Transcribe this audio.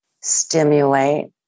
stimulate